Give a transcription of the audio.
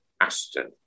Aston